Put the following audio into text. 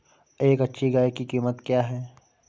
एक अच्छी गाय की कीमत क्या है?